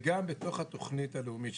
גם בתוך התוכנית הלאומית,